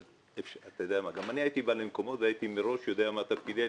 גם אני הייתי בא למקומות והייתי מראש יודע מה תפקידי.